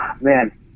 Man